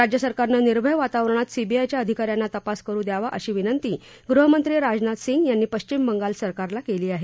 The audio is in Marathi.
राज्य सरकारनं निर्भय वातावरणात सीबीआयच्या अधिका यांना तपास करु द्यावा अशी विनंती गृहमंत्री राजनाथ सिंग यांनी पश्चिम बंगाल सरकारला केली आहे